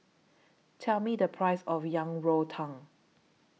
Tell Me The Price of Yang Rou Tang